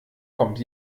kommt